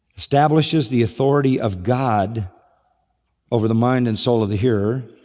establishes the authority of god over the mind and soul of the hearer,